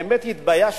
האמת, התביישתי,